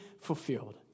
fulfilled